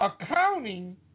accounting